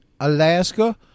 Alaska